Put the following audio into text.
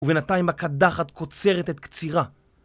ובינתיים הקדחת קוצרת את קצירה